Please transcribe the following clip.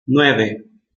nueve